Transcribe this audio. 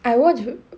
I watched